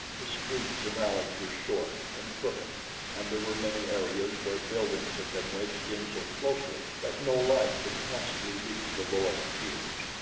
the streets and alleys were short and crooked and there were many areas where buildings had been wedged in so closely that no light could possibly reach the lowest tiers,